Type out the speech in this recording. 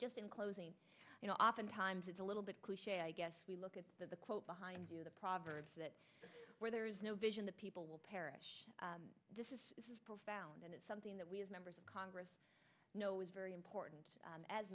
just in closing you know often times is a little bit cliche i guess we look at the quote behind the proverbs that where there is no vision the people will perish this is profound and it's something that we as members of congress know is very important